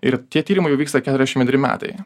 ir tie tyrimai jau vyksta keturiasdešim antri metai